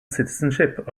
citizenship